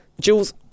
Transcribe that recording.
Jules